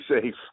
safe